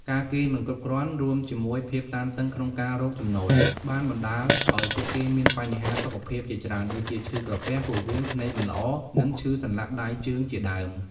ការគេងមិនគ្រប់គ្រាន់ រួមជាមួយភាពតានតឹងក្នុងការរកចំណូល បានបណ្ដាលឱ្យពួកគេមានបញ្ហាសុខភាពជាច្រើន ដូចជាឈឺក្រពះ ពោះវៀន ភ្នែកមិនល្អ និងឈឺសន្លាក់ដៃជើងជាដើម។